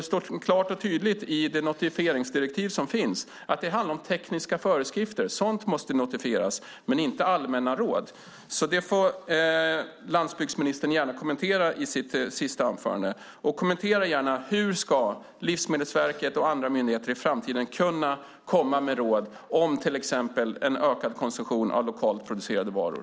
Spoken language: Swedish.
Det står nämligen klart och tydligt i det notifieringsdirektiv som finns att det handlar om tekniska föreskrifter. Sådant måste notifieras, men inte allmänna råd. Det får alltså landsbygdsministern gärna kommentera i sitt sista inlägg. Kommentera också gärna hur Livsmedelsverket och andra myndigheter i framtiden ska kunna komma med råd om till exempel en ökad konsumtion av lokalt producerade varor.